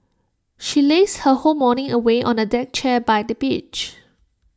she lazed her whole morning away on A deck chair by the beach